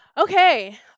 Okay